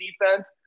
defense